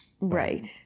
Right